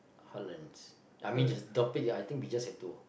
heartlands I mean it the topic ya I think we just have to